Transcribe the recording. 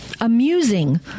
amusing